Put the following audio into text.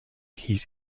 his